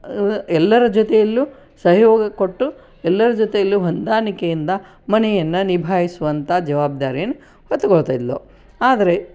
ಎಲ್ಲರ ಜೊತೆಯಲ್ಲೂ ಸಹಯೋಗ ಕೊಟ್ಟು ಎಲ್ಲರ ಜೊತೆಯಲ್ಲು ಹೊಂದಾಣಿಕೆಯಿಂದ ಮನೆಯನ್ನು ನಿಭಾಯಿಸುವಂಥ ಜವಾಬ್ದಾರಿಯನ್ನು ಹೊತ್ತುಕೊಳ್ತಾ ಇದ್ದಳು ಆದರೆ